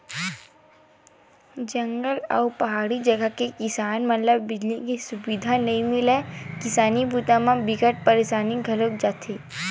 जंगल अउ पहाड़ी जघा के किसान मन ल बिजली के सुबिधा नइ मिले ले किसानी बूता म बिकट परसानी घलोक झेलथे